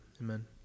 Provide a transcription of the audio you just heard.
Amen